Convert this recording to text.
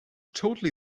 totally